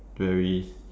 very